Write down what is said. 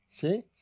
See